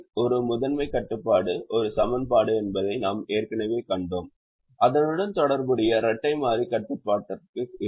ஒரு முதன்மைக் கட்டுப்பாடு ஒரு சமன்பாடு என்பதை நாம் ஏற்கனவே கண்டோம் அதனுடன் தொடர்புடைய இரட்டை மாறி கட்டுப்பாடற்றதாக இருக்கும்